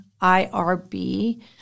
IRB